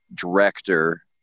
director